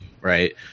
right